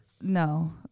No